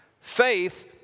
Faith